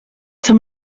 the